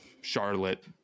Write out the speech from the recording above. Charlotte